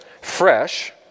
fresh